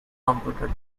computer